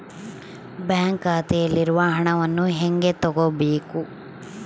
Bank ಖಾತೆಯಲ್ಲಿರುವ ಹಣವನ್ನು ಹೇಗೆ ತಗೋಬೇಕು?